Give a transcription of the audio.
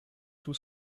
tout